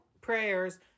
prayers